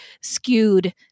skewed